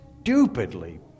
stupidly